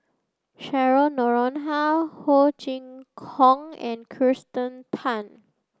Cheryl Noronha Ho Chee Kong and Kirsten Tan